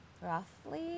roughly